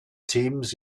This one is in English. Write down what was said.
teams